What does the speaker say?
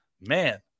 man